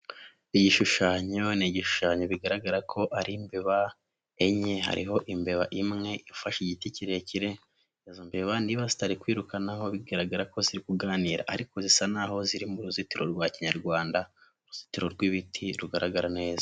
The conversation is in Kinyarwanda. Igishushanyo, ni igishushanyo bigaragara ko ari imbeba enye, hariho imbeba imwe ifashe igiti kirekire, izo mbeba niba zitari kwirukanaho bigaragara ko ziri kuganira ariko zisa n'aho ziri mu ruzitiro rwa kinyarwanda, uruzitiro rw'ibiti rugaragara neza.